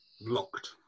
locked